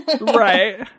Right